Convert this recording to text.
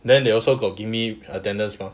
then they also got give me attendance mah